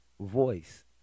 voice